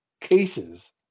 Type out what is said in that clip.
Cases